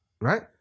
right